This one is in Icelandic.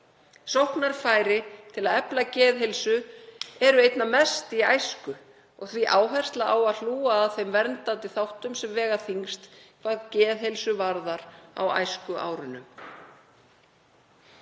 Sóknarfæri til að efla geðheilsu eru einna mest í æsku og því áhersla á að hlúa að þeim verndandi þáttum sem vega þyngst hvað geðheilsu varðar á æskuárunum.“